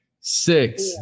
six